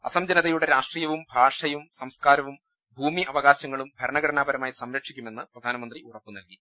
അസം ജനതയുടെ രാഷ്ട്രീയവും ഭാഷയും സാംസ്കാരവും ഭൂമി അവകാശങ്ങളും ഭരണഘടനാപ രമായി സംരക്ഷിക്കുമെന്ന് പ്രധാനമന്ത്രി ഉറപ്പ് നൽകി